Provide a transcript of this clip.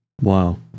Wow